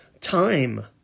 time